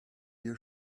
you